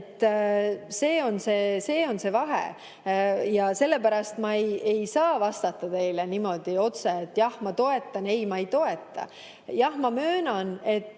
see on see vahe. Ja sellepärast ma ei saa vastata teile niimoodi otse, et jah, ma toetan, või ei, ma ei toeta. Jah, ma möönan, et